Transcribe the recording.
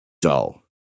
dull